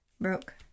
broke